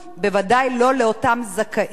בוודאי לא לאותם זכאים,